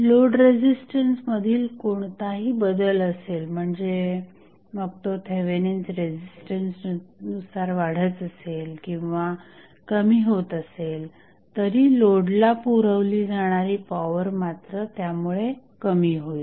load resistance मधील कोणताही बदल असेल म्हणजे मग तो थेवेनिन्स रेझिस्टन्स नुसार वाढत असेल किंवा कमी होत असेल तरी लोडला पुरवली जाणारी पॉवर मात्र त्यामुळे कमी होईल